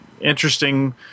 interesting